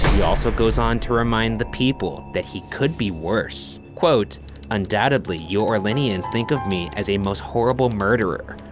he also goes on to remind the people, that he could be worse. quote undoubtedly you orleaneans think of me as a most horrible murderer,